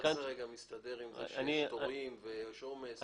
איך זה מסתדר עם זה שיש תורים ויש עומס?